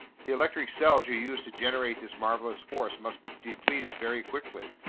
the electric cells you use to generate this marvelous force must be depleted very quickly.